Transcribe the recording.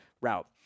route